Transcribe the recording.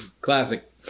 Classic